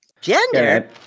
Gender